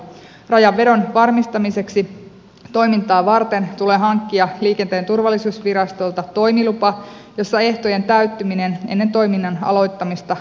rajanvedon varmistamiseksi toimintaa varten tulee hankkia liikenteen turvallisuusvirastolta toimilupa jossa ehtojen täyttyminen ennen toiminnan aloittamista varmistetaan